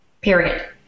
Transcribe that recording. period